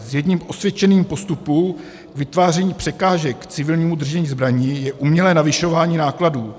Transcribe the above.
Jedním z osvědčených postupů k vytváření překážek k civilnímu držení zbraní je umělé navyšování nákladů.